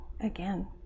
again